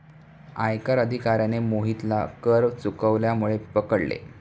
आयकर अधिकाऱ्याने मोहितला कर चुकवल्यामुळे पकडले